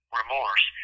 remorse